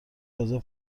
تازه